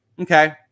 Okay